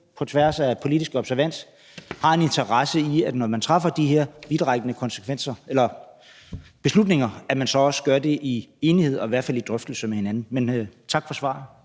på tværs af politisk observans, har en interesse i, at når man træffer de her vidtrækkende beslutninger, så gør man det også i enighed og i hvert fald i drøftelse med hinanden. Men tak for svaret.